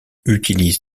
utilisent